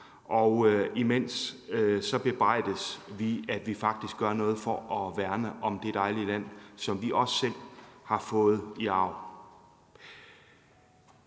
og imens bebrejdes vi, at vi faktisk gør noget for at værne om det dejlige land, som vi også selv har fået i arv.